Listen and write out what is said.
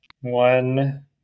one